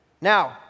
Now